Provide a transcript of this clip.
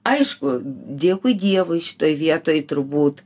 aišku dėkui dievui šitoj vietoj turbūt